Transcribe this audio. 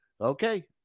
okay